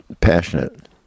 passionate